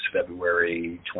February